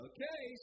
Okay